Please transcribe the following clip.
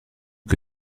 que